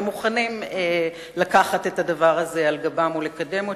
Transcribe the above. והם מוכנים לקחת את הדבר הזה על גבם ולקדם אותו.